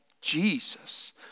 Jesus